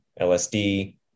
LSD